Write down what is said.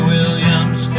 Williams